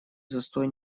застой